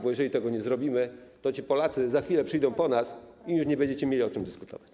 Bo jeżeli tego nie zrobimy, to ci Polacy za chwilę przyjdą po nas i już nie będziecie mieli o czym dyskutować.